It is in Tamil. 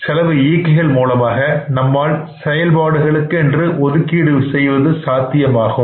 செலவு இயக்கிகள் மூலமாக நம்மால் செயல்பாடுகளுக்கு என்று ஒதுக்கீடு செய்வது சாத்தியமாகும்